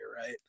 right